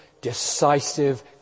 decisive